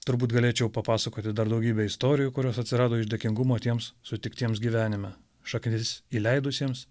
turbūt galėčiau papasakoti dar daugybę istorijų kurios atsirado iš dėkingumo tiems sutiktiems gyvenime šaknis įleidusiems